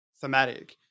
thematic